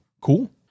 cool